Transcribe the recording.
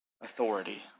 Authority